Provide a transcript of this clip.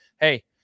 hey